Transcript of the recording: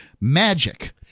magic